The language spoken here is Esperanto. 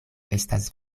estas